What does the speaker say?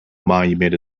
monument